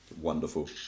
Wonderful